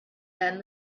then